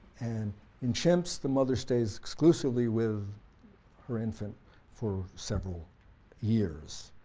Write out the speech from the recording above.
and in chimps the mother stays exclusively with her infant for several years.